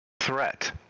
threat